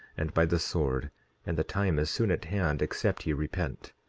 and by the sword and the time is soon at hand except ye repent.